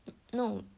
no